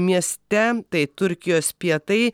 mieste tai turkijos pietai